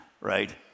right